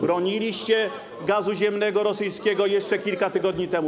Broniliście gazu ziemnego rosyjskiego jeszcze kilka tygodni temu.